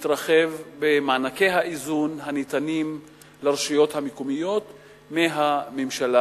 ומתרחב במענקי האיזון הניתנים לרשויות המקומיות מהממשלה.